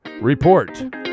Report